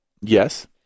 Yes